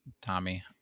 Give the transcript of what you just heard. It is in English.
Tommy